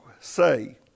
say